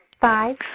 Five